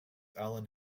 allen